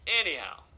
Anyhow